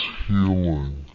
healing